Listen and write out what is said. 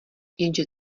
jenže